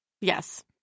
yes